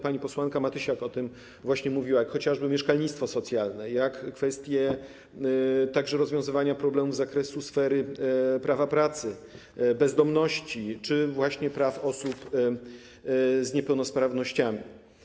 Pani posłanka Matysiak o tym właśnie mówiła: chociażby mieszkalnictwo socjalne, także kwestie rozwiązywania problemów z zakresu sfery prawa pracy, bezdomności czy właśnie praw osób z niepełnosprawnościami.